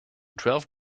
twelve